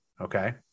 okay